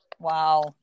Wow